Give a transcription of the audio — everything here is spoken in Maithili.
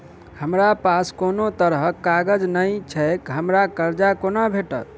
हमरा पास कोनो तरहक कागज नहि छैक हमरा कर्जा कोना भेटत?